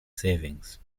savings